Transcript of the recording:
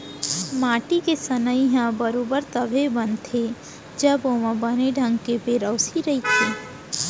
माटी के सनई ह बरोबर तभे बनथे जब ओमा बने ढंग के पेरौसी रइथे